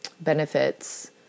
benefits